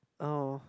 oh